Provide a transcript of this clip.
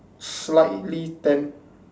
slightly tan